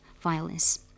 violence